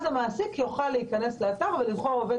אז המעסיק יוכל להיכנס לאתר ולבחור עובד